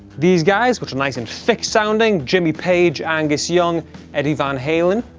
these guys which are nice and thick sounding jimmy page angus young eddie van halen